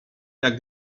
jak